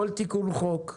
כל תיקון חוק,